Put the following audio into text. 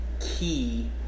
key